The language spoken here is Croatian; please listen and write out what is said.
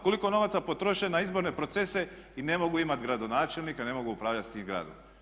Koliko novaca potroše na izborne procese i ne mogu imati gradonačelnika, ne mogu upravljati sa tim gradom.